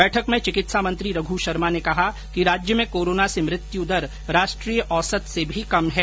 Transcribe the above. बैठक में चिकित्सा मंत्री रघु शर्मा ने कहा कि राज्य में कोरोना से मृत्यू दर राष्ट्रीय औसत से भी कम है